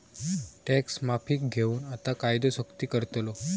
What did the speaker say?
tax माफीक घेऊन आता कायदो सख्ती करतलो